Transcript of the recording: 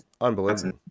unbelievable